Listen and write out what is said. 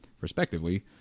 respectively